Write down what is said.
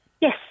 Yes